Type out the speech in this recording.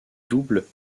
double